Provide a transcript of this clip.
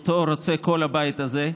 רוצה כל הבית הזה.